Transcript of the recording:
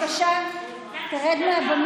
אתה מוג לב.